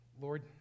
Lord